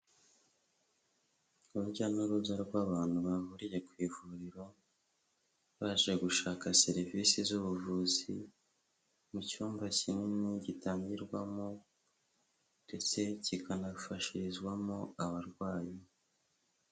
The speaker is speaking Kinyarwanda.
Urujya n'uruza rw'abantu bahuriye ku ivuriro, baje gushaka serivisi z'ubuvuzi, mu cyumba kinini gitangirwamo ndetse kikanafashirizwamo abarwayi.